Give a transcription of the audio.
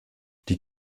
die